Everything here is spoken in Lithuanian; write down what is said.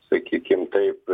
sakykim taip